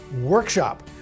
workshop